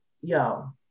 yo